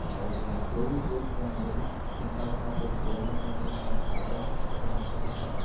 d úrsula entrou e deu com ele sentado numa poltrona com o lenço na cara como a soluçar